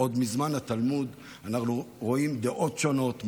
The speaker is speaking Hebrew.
עוד מזמן התלמוד אנחנו רואים דעות שונות,